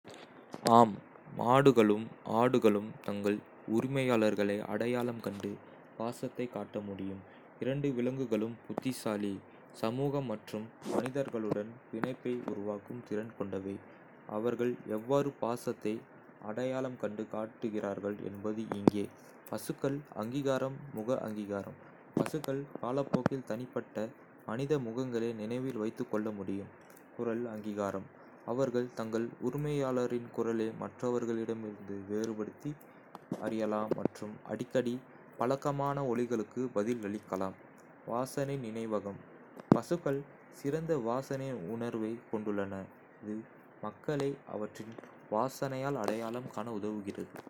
ஆம், மாடுகளும் ஆடுகளும் தங்கள் உரிமையாளர்களை அடையாளம் கண்டு பாசத்தைக் காட்ட முடியும். இரண்டு விலங்குகளும் புத்திசாலி, சமூகம் மற்றும் மனிதர்களுடன் பிணைப்பை உருவாக்கும் திறன் கொண்டவை. அவர்கள் எவ்வாறு பாசத்தை அடையாளம் கண்டு காட்டுகிறார்கள் என்பது இங்கே: பசுக்கள் அங்கீகாரம் முக அங்கீகாரம்: பசுக்கள் காலப்போக்கில் தனிப்பட்ட மனித முகங்களை நினைவில் வைத்துக் கொள்ள முடியும். குரல் அங்கீகாரம்: அவர்கள் தங்கள் உரிமையாளரின் குரலை மற்றவர்களிடமிருந்து வேறுபடுத்தி அறியலாம் மற்றும் அடிக்கடி பழக்கமான ஒலிகளுக்கு பதிலளிக்கலாம். வாசனை நினைவகம்: பசுக்கள் சிறந்த வாசனை உணர்வைக் கொண்டுள்ளன, இது மக்களை அவற்றின் வாசனையால் அடையாளம் காண உதவுகிறது.